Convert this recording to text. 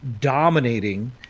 dominating